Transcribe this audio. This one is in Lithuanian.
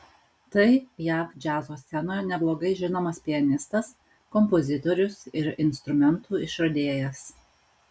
tai jav džiazo scenoje neblogai žinomas pianistas kompozitorius ir instrumentų išradėjas